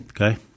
Okay